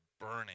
burning